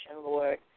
Lord